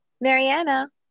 Mariana